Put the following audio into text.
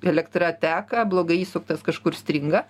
elektra teka blogai įsuktas kažkur stringa